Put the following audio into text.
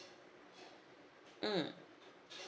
mm